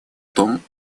том